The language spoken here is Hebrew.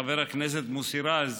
חבר הכנסת מוסי רז,